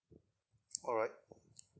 alright